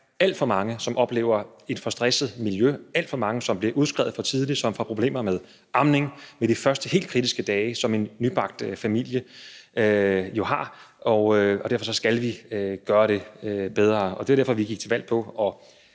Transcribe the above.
alt for mange, som oplever et for stresset miljø, og alt for mange, som bliver udskrevet for tidligt, og som får problemer med amning og med de første helt kritiske dage som en nybagt familie jo har, og derfor skal vi gøre det bedre. Det var derfor, vi gik til valg på at